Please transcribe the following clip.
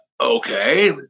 okay